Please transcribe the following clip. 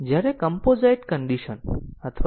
ચાલો આ ઈટરેશન જોઈએ